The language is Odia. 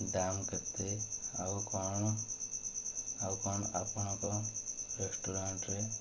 ଦାମ କେତେ ଆଉ କ'ଣ ଆଉ କ'ଣ ଆପଣଙ୍କ ରେଷ୍ଟୁରାଣ୍ଟରେ